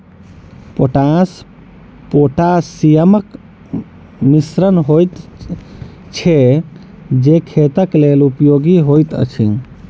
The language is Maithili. पोटास पोटासियमक मिश्रण होइत छै जे खेतक लेल उपयोगी होइत अछि